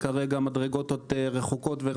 וכרגע המדרגות עוד רחוקות.